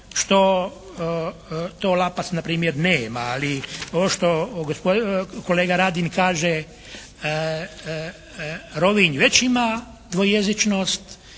što to Lapac npr. nema. Ali, ovo što kolega Radin kaže, Rovinj već ima dvojezičnost